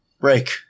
Break